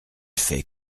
fait